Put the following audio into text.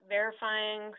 verifying